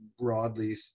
broadly